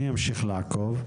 אני אמשיך לעקוב,